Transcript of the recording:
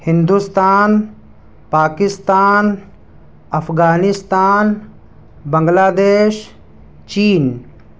Hindustan Pakistan Afghanistan Bangladesh چین